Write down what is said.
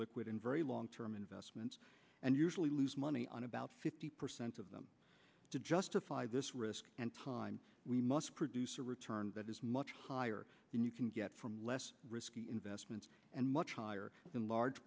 illiquid and very long term investments and usually lose money on about fifty percent of them to justify this risk and time we must produce a return that is much higher than you can get from less risky investments and much higher than large